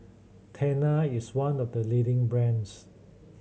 Tena is one of the leading brands